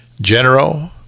General